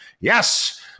Yes